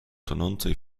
tonącej